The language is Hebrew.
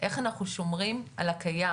איך אנחנו שומרים על הקיים.